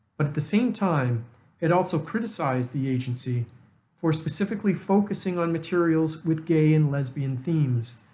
but at the same time it also criticized the agency for specifically focusing on materials with gay and lesbian themes,